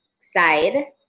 side